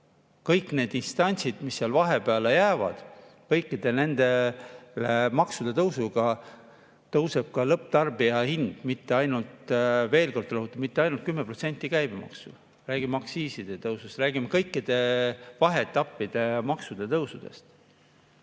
Kõikide instantside, mis vahepeale jäävad, maksude tõusuga tõuseb ka lõpptarbija hind, mitte ainult – veel kord rõhutan! –, mitte ainult 10% käibemaksu. Räägime aktsiiside tõusust, räägime kõikide vaheetappide maksude tõusust.